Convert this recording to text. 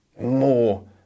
more